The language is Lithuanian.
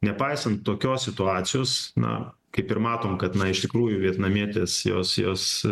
nepaisant tokios situacijos na kaip ir matom kad na iš tikrųjų vietnamietės jos jos